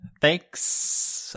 Thanks